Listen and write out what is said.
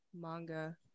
manga